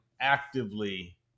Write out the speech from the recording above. actively